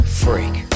freak